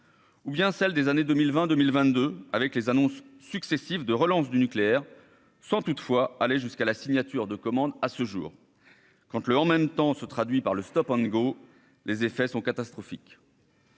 ou bien celle des années 2020, 2022 avec les annonces successives de relance du nucléaire, sans toutefois aller jusqu'à la signature de commande à ce jour, quand le en même temps se traduit par le Stop and Go, les effets sont catastrophiques.